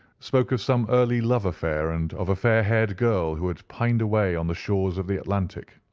spoke of some early love affair, and of a fair-haired girl who had pined away on the shores of the atlantic.